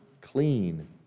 clean